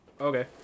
Okay